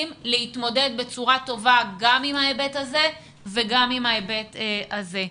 להתמודד בצורה טובה גם עם ההיבט הזה וגם עם ההיבט הזה.